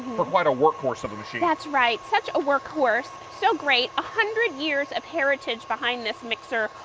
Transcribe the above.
for quite a workhorse of a machine. that's right such a workhorse. so great, ah hundred years of heritage behind this mixer.